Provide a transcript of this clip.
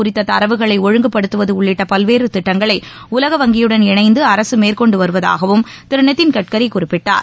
குறித்த தரவுகளைஒழுங்குப்படுத்துவதஉள்ளிட்டபல்வேறுதிட்டங்களைஉலக சாலைவிபத்துகள் வங்கியுடன் இணைந்து அரசுமேற்கொண்டுவருவதாகவும் திருநிதின் கட்கரிகுறிப்பிட்டார்